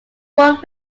fort